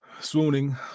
Swooning